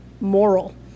moral